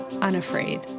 Unafraid